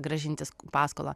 grąžinti paskolą